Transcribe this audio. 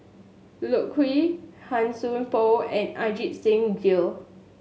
Loke Yew Han Sai Por and Ajit Singh Gill